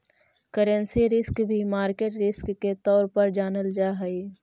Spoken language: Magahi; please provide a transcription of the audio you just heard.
करेंसी रिस्क भी मार्केट रिस्क के तौर पर जानल जा हई